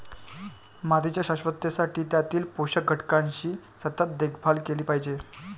मातीच्या शाश्वततेसाठी त्यातील पोषक घटकांची सतत देखभाल केली पाहिजे